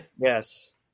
Yes